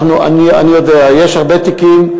אנחנו, אני יודע, יש הרבה תיקים.